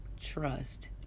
trust